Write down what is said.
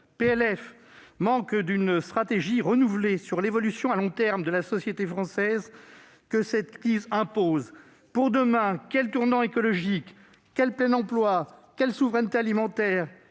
PLF manque d'une stratégie renouvelée sur l'évolution à long terme de la société française que cette crise impose. Pour demain, quel tournant écologique, quel plein emploi, quelle souveraineté alimentaire,